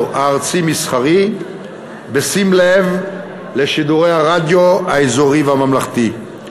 הארצי-מסחרי בשים לב לשידורי הרדיו האזורי והממלכתי,